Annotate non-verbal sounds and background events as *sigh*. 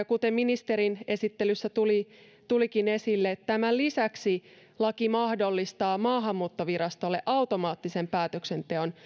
*unintelligible* kuten ministerin esittelyssä tulikin esille tämän lisäksi laki mahdollistaa maahanmuuttovirastolle automaattisen päätöksenteon